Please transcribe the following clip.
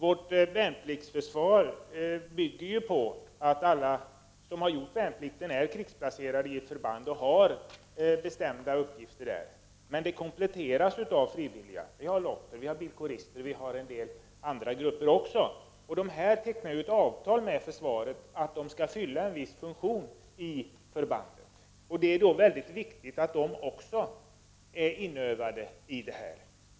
Vårt värnpliktsförsvar bygger ju på att alla som har gjort värnplikten är krigsplacerade i ett förband och har bestämda uppgifter där, men de kompletteras av frivilliga. Vi har bl.a. lottor och bilkårister. De tecknar ett avtal med försvaret om att de skall fylla en viss funktion i förbandet. Det är då viktigt att de också är inövade.